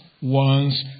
one's